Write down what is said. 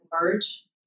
merge